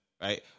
Right